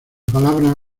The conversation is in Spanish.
palabra